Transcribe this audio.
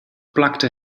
plakte